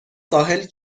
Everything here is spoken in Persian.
ساحل